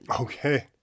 Okay